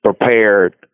prepared